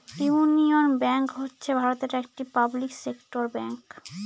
union Bank হচ্ছে ভারতের একটি পাবলিক সেক্টর ব্যাঙ্ক